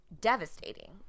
devastating